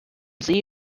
see